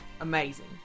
amazing